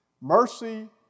Mercy